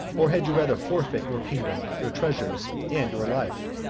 or had you rather forfeit your kingdom, your treasures, and your life?